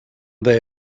they